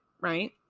Right